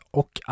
och